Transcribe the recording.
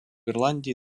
ирландии